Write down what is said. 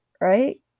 right